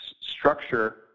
structure